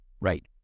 right